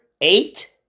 Eight